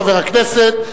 חבר הכנסת,